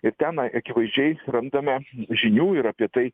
ir ten akivaizdžiai randame žinių ir apie tai